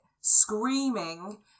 screaming